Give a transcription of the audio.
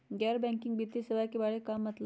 गैर बैंकिंग वित्तीय सेवाए के बारे का मतलब?